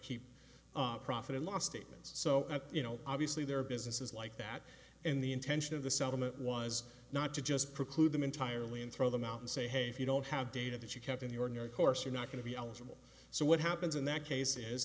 keep up profit and loss statements so you know obviously there are businesses like that in the intention of the settlement was not to just preclude them entirely and throw them out and say hey if you don't have data that you kept in the ordinary course you're not going to be eligible so what happens in that case is